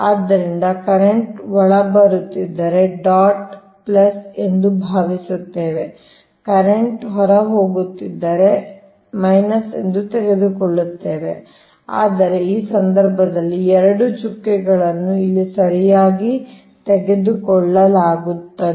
ಆದ್ದರಿಂದ ಕರೆಂಟ್ ಒಳ ಬರುತ್ತಿದ್ದರೆ ಡಾಟ್ ಎಂದು ಭಾವಿಸುತ್ತೇವೆ ಕರೆಂಟ್ ಹೊರ ಹೋಗುತ್ತಿದ್ದರೆ ಎಂದು ತೆಗೆದುಕೊಳ್ಳುವುದು ಆದರೆ ಈ ಸಂದರ್ಭದಲ್ಲಿ ಎರಡೂ ಚುಕ್ಕೆಗಳನ್ನು ಇಲ್ಲಿ ಸರಿಯಾಗಿ ತೆಗೆದುಕೊಳ್ಳಲಾಗುತ್ತದೆ